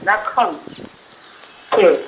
राखौँ ठीक